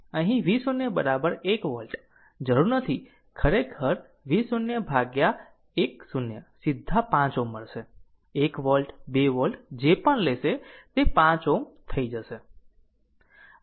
અહીં V0 1 volt જરૂર નથી ખરેખર V0 ભાગ્યા 1 0 સીધા 5 Ω મળશે 1 વોલ્ટ 2 વોલ્ટ જે પણ લેશે તે 5 Ω થઈ જશે